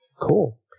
Cool